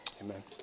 Amen